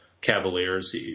Cavaliers